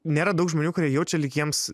nėra daug žmonių kurie jaučia lyg jiems